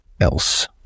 else